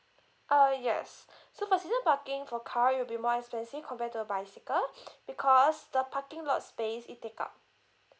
ah yes so for season parking for car it'll be more expensive compared to a bicycle because the parking lot space it take up